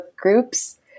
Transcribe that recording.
groups